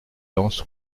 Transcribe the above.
danses